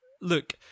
Look